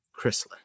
Chrysler